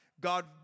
God